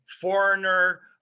Foreigner